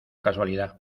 casualidad